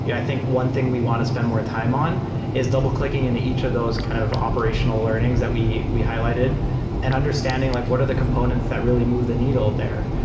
yeah i think one thing we want to spend more time on is double-clicking in each of those kind of operational learnings that we we highlighted an understanding like what are the components that really move the needle there.